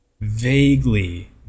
vaguely